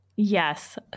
Yes